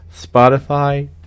Spotify